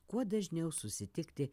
kuo dažniau susitikti